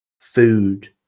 food